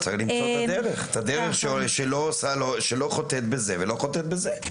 צריך למצוא את הדרך שלא חוטאת בזה ולא חוטאת בזה.